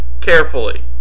carefully